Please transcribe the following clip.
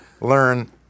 learn